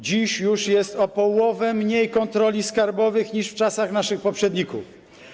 Dziś już jest o połowę mniej kontroli skarbowych niż w czasach naszych poprzedników.